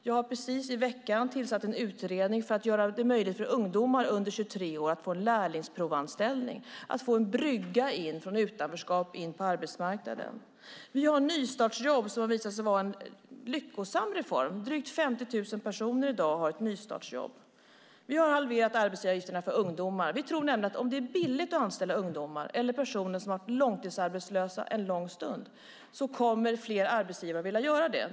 Jag har i veckan tillsatt en utredning för att göra det möjligt för ungdomar under 23 år att få en lärlingsprovanställning och få en brygga från utanförskap in på arbetsmarknaden. Nystartsjobben har visat sig vara en lyckosam reform. Drygt 50 000 personer har ett nystartsjobb i dag. Vi har halverat arbetsgivaravgifterna för ungdomar. Vi tror nämligen att om det är billigt att anställa ungdomar eller personer som har varit långtidsarbetslösa länge kommer fler arbetsgivare att vilja göra det.